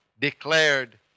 declared